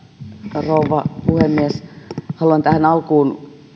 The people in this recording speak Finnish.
rouva puhemies haluan tähän alkuun